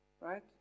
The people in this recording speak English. Right